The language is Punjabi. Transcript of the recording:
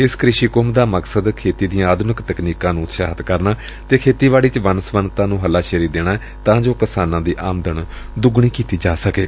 ਇਸ ਕ੍ਕਿਸ਼ੀ ਕੁੰਭ ਦਾ ਮਕਸਦ ਖੇਤੀ ਦੀਆਂ ਆਧੁਨਿਕ ਤਕਨੀਕਾਂ ਨੂੰ ਉਤਸ਼ਾਹਿਤ ਕਰਨਾ ਅਤੇ ਖੇਤੀਬਾੜੀ ਵਿਚ ਵੰਨ ਸੁਵੰਨਤਾ ਨੂੰ ਹੱਲਾ ਸ਼ੇਰੀ ਦੇਣਾ ਏ ਤਾਂ ਜੋ ਕਿਸਾਨਾਂ ਦੀ ਆਮਦਨ ਦੁੱਗਣੀ ਕੀਤੀ ਜਾ ਸਕੇ